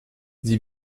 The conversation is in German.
sie